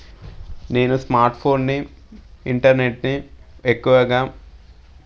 నేను స్మార్ట్ ఫోన్ని ఇంటర్నెట్ని ఎక్కువగా